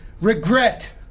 regret